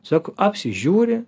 tiesiog apsižiūri